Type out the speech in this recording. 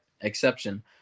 exception